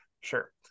sure